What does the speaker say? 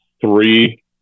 three